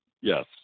Yes